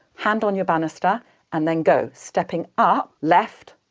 hand on your bannister and then go, stepping up left,